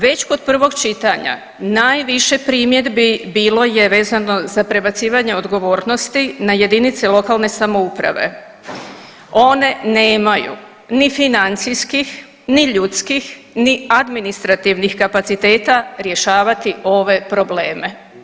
Već kod prvog čitanja najviše primjedbi bilo je vezano za prebacivanje odgovornosti na jedinice lokalne samouprave, one nemaju ni financijskih, ni ljudskih, ni administrativnih kapaciteta rješavati ove probleme.